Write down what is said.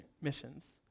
missions